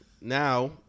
now